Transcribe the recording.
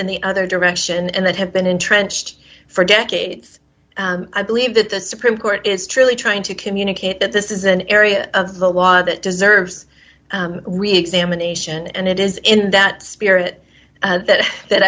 in the other direction and that have been entrenched for decades i believe that the supreme court is truly trying to communicate that this is an area of the law that deserves reexamination and it is in that spirit that